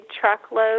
truckload